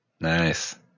nice